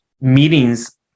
meetings